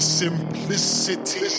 simplicity